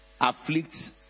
afflicts